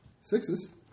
Sixes